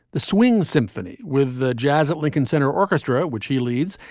the swing symphony with the jazz at lincoln center orchestra, which he leads,